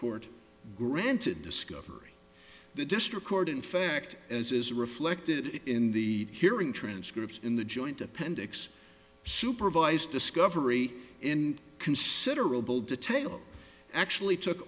court granted discovery the district court in fact as is reflected in the hearing transcripts in the joint appendix supervised discovery in considerable detail actually took